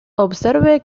observe